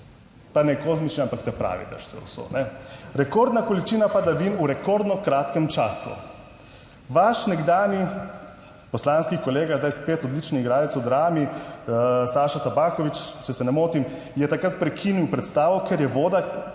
Pa ne kozmični, ampak ta pravi dež se je usul. Rekordna količina padavin v rekordno kratkem času. Vaš nekdanji poslanski kolega, zdaj spet odlični igralec v Drami, Saša Tabaković, če se ne motim, je takrat prekinil predstavo, ker je voda